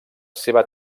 seva